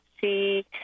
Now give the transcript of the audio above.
see